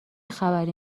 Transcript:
خبری